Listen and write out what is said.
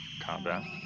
combat